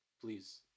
Please